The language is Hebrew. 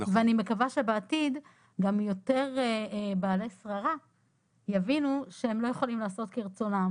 ואני מקווה שבעתיד גם יותר בעלי שררה יבינו שהם לא יכולים לעשות כרצונם.